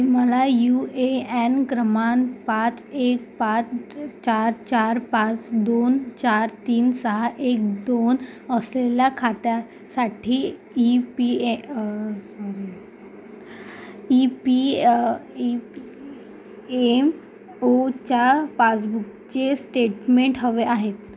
मला U A N क्रमांक पाच एक पाच चार चार पाच दोन चार तीन सहा एक दोन असलेल्या खात्या साठी EPA EP E P M ओच्या पासबुकचे स्टेटमेंट हवे आहे